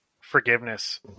forgiveness